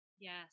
Yes